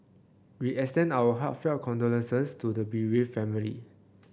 we extend our heartfelt condolences to the bereaved family